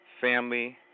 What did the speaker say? family